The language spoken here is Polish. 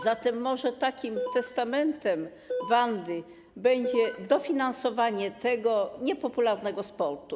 Zatem może takim testamentem Wandy będzie dofinansowanie tego niepopularnego sportu.